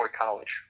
college